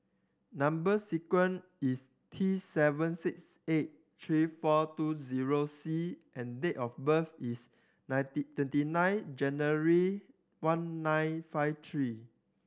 number sequence is T seven six eight three four two zero C and date of birth is ninety twenty nine January one nine five three